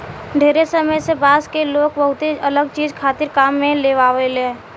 ढेरे समय से बांस के लोग बहुते अलग चीज खातिर काम में लेआवेला